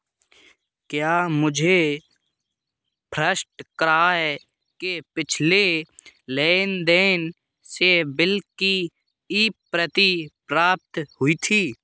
क्या मुझे FirstCry के पिछले लेन देन से बिल की ई प्रति प्राप्त हुई थी